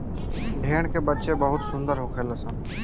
भेड़ के बच्चा बहुते सुंदर होखेल सन